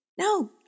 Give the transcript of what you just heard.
no